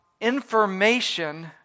information